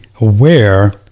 aware